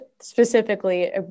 specifically